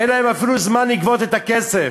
אין להם אפילו זמן לגבות את הכסף,